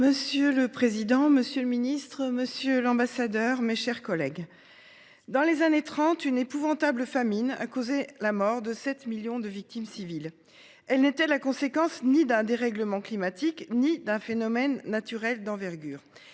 Monsieur le président, monsieur le ministre, monsieur l'ambassadeur, mes chers collègues. Dans les années 30 une épouvantable famine a causé la mort de 7 millions de victimes civiles. Elle n'était la conséquence ni d'un dérèglement climatique ni d'un phénomène naturel d'envergure.